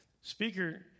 Speaker